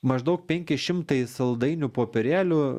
maždaug penki šimtai saldainių popierėlių